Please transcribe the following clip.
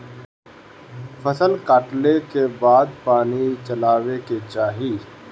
फसल कटले के बाद पानी चलावे के चाही